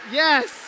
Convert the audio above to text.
yes